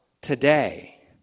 today